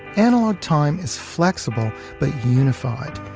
analog time is flexible, but unified.